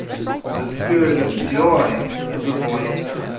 the spirit of joy of the voice,